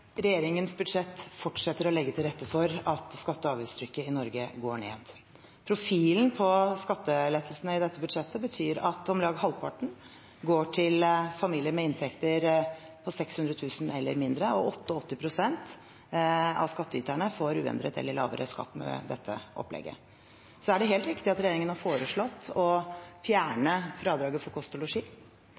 Regjeringens budsjett fortsetter å legge til rette for at skatte- og avgiftstrykket i Norge går ned. Profilen på skattelettelsene i dette budsjettet betyr at om lag halvparten går til familier med inntekter på 600 000 kr eller mindre, og 88 pst. av skattyterne får uendret eller lavere skatt med dette opplegget. Så er det helt riktig at regjeringen har foreslått å fjerne fradraget for kost og losji,